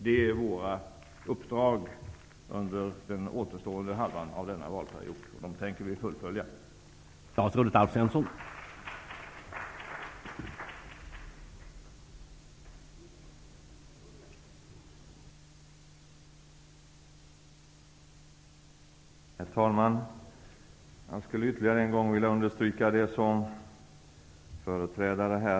Det är våra uppdrag under återstående halvan av denna valperiod. Vi tänker fullfölja dem.